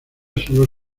solo